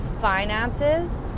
finances